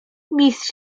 mistrz